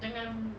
dengan